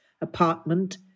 apartment